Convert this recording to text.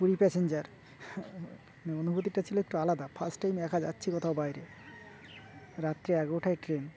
পুরীর প্যাসেঞ্জার মানে অনুভূতিটা ছিল একটু আলাদা ফার্স্ট টাইম একা যাচ্ছি কোথাও বাইরে রাত্রি এগারোটায় ট্রেন